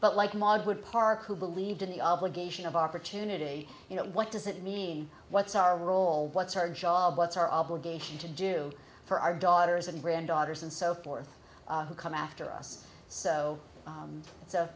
but like ma good park who believed in the obligation of opportunity you know what does it mean what's our role what's our job what's our obligation to do for our daughters and granddaughters and so forth who come after us so